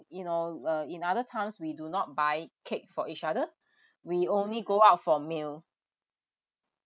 you know uh in other times we do not buy cake for each other we only go out for a meal